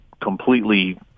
completely